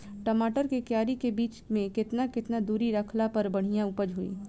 टमाटर के क्यारी के बीच मे केतना केतना दूरी रखला पर बढ़िया उपज होई?